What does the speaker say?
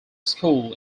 school